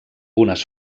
unes